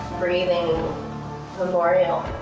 breathing memorial.